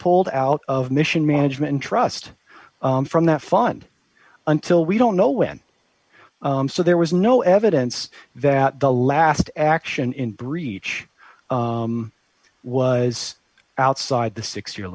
pulled out of mission management trust from that fund until we don't know when so there was no evidence that the last action in breach was outside the six year